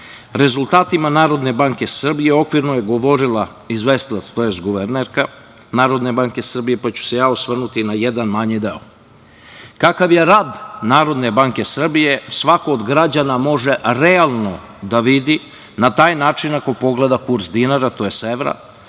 rezultatima Narodne banke Srbije okvirno je govorila izvestilac, tj. guvernerka Narodne banke Srbije, pa ću se ja osvrnuti na jedan manji deo. Kakav je rad Narodne banke Srbije svako od građana može realno da vidi na taj način ako pogleda kurs dinara, tj. evra.